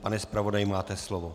Pane zpravodaji, máte slovo.